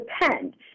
depend